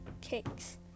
cakes